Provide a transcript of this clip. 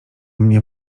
mnie